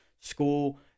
school